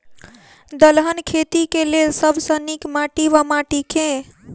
दलहन खेती केँ लेल सब सऽ नीक माटि वा माटि केँ?